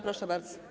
Proszę bardzo.